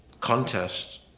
contest